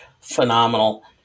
phenomenal